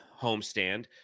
homestand